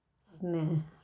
स्ने